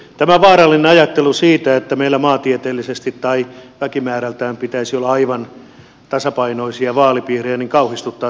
tämä vaarallinen ajattelu siitä että meillä maantieteellisesti tai väkimäärältään pitäisi olla aivan tasapainoisia vaalipiirejä kauhistuttaa satakuntalaista kansanedustajaa